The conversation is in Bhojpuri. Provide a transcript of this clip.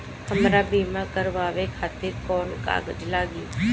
हमरा बीमा करावे खातिर कोवन कागज लागी?